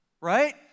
right